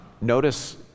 Notice